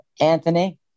Anthony